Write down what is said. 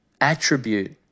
attribute